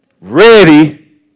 ready